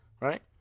right